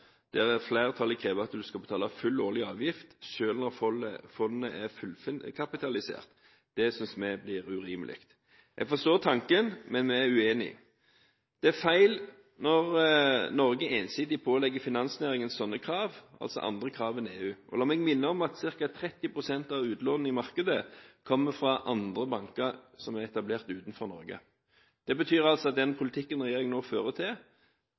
der flertallet krever at man skal betale full årlig avgift selv når fondet er fullkapitalisert – det synes vi er urimelig. Jeg forstår tanken, men vi er uenige. Det er feil når Norge ensidig pålegger finansnæringen sånne krav, altså andre krav enn EU. La meg minne om at ca. 30 pst. av utlånet i markedet kommer fra banker som er etablert utenfor Norge. Det betyr at den politikken regjeringen nå fører,